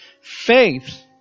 Faith